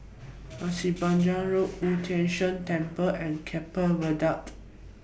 Pasir Panjang Road Wu Tai Shan Temple and Keppel Viaduct